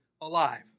alive